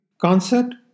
Concept